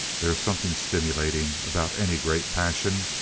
there is something stimulating about any great passion.